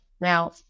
Now